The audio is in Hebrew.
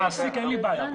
המעסיק, אין לי בעיה.